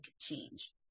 change